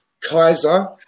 Kaiser